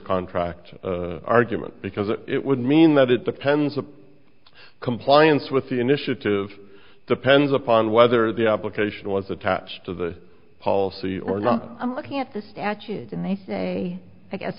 contract argument because it would mean that it depends upon compliance with the initiative depends upon whether the application was attached to the policy or not i'm looking at the statute and they say i guess